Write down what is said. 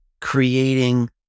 creating